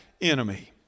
enemy